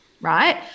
Right